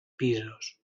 pisos